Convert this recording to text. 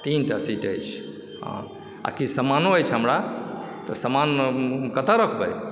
तीन टा सीट अछि आओर किछु सामानो अछि हमरा तऽ सामान कतऽ रखबै